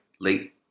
late